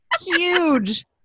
Huge